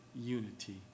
unity